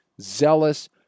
zealous